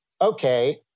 Okay